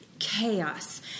Chaos